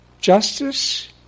Justice